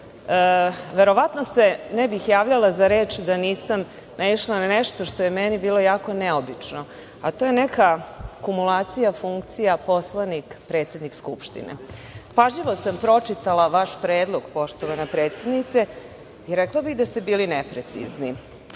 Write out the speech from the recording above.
Verovatno se ne bih javljala za reč da nisam naišla na nešto što je meni bilo jako neobično, a to je neka kumulacija funkcija poslanik – predsednik Skupštine. Pažljivo sam pročitala vaš predlog, poštovana predsednice, i rekla bih da ste bili neprecizni. Prvo,